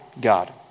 God